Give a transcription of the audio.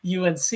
UNC